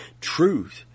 truth